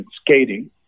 skating